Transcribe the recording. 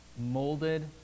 molded